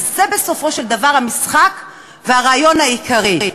וזה בסופו של דבר המשחק והרעיון העיקרי.